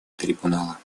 трибунала